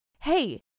hey